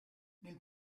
nel